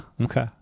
okay